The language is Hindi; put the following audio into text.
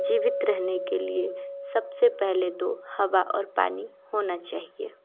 जीवित रहने के लिए सबसे पहले तो हवा और पानी होना चाहिए